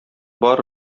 бар